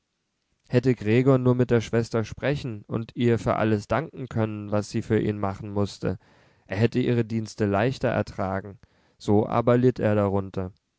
hätte gregor nur mit der schwester sprechen und ihr für alles danken können was sie für ihn machen mußte er hätte ihre dienste leichter ertragen so aber litt er darunter